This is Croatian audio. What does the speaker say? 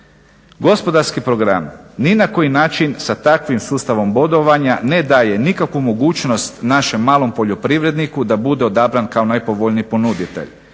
gospodarski program ni na koji način sa takvim sustavom bodovanja ne daje nikakvu mogućnost našem malom poljoprivredniku da bude odabran kao najpovoljniji ponuditelj.